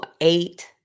eight